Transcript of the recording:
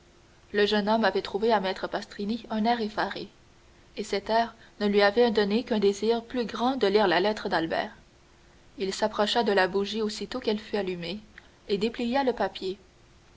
le jeune homme avait trouvé à maître pastrini un air effaré et cet air ne lui avait donné qu'un désir plus grand de lire la lettre d'albert il s'approcha de la bougie aussitôt qu'elle fut allumée et déplia le papier